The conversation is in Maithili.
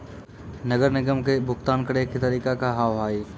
नगर निगम के भुगतान करे के तरीका का हाव हाई?